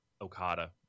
Okada